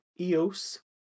Eos